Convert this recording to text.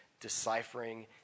deciphering